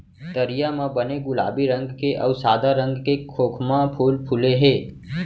तरिया म बने गुलाबी रंग के अउ सादा रंग के खोखमा फूल फूले हे